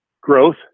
growth